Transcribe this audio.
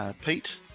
Pete